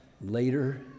later